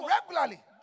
regularly